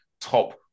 top